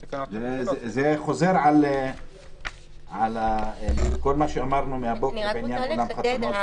זה חוזר על כל מה שאמרנו מהבוקר בעניין אולם חתונות.